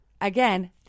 again